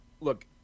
look